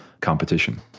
competition